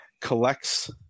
collects